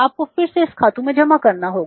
आपको फिर से इस खाते में जमा करना होगा